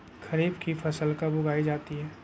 खरीफ की फसल कब उगाई जाती है?